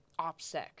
opsec